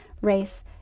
race